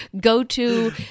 Go-to